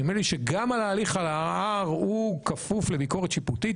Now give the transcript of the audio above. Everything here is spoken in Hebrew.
נדמה לי שגם הליך הערר כפוף לביקורת שיפוטית,